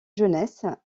jeunesse